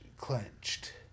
clenched